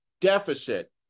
deficit